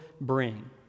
bring